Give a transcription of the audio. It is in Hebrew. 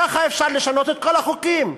ככה אפשר לשנות את כל החוקים.